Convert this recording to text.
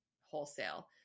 wholesale